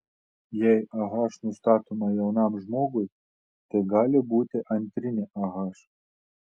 jei ah nustatoma jaunam žmogui tai gali būti antrinė ah